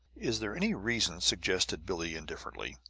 is there any reason, suggested billie, indifferently,